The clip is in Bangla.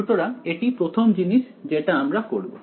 সুতরাং এটি প্রথম জিনিস যেটা আমরা করব